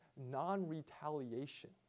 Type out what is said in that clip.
non-retaliation